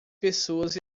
pessoas